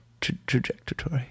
Trajectory